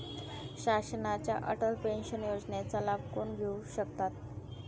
शासनाच्या अटल पेन्शन योजनेचा लाभ कोण घेऊ शकतात?